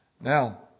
Now